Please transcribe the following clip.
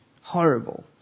horrible